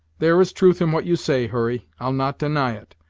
there is truth in what you say, hurry, i'll not deny it,